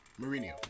Mourinho